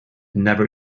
never